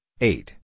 eight